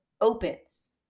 opens